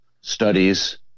studies